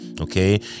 okay